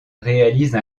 réalise